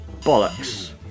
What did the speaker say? Bollocks